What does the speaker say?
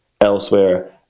elsewhere